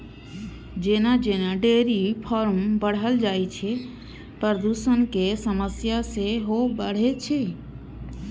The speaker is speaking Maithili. जेना जेना डेयरी फार्म बढ़ल जाइ छै, प्रदूषणक समस्या सेहो बढ़ै छै